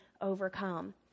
overcome